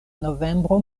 novembro